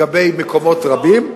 השפעות הרוחב הן אדירות לגבי מקומות רבים,